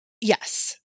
Yes